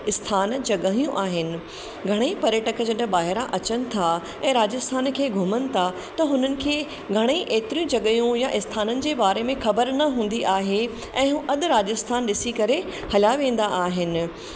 स्थान जॻहियूं आहिनि घणेई पर्यटक जॾहिं ॿाहिरां अचनि था राजस्थान खे घुमनि था त हुननि खे घणेई एतिरियूं जॻहयूं या स्थाननि जे बारे में ख़बर न हूंदी आहे ऐं हो अधु राजस्थान ॾिसी करे हला वेंदा आहिनि